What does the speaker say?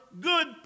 good